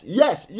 yes